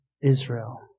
Israel